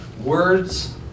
words